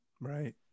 Right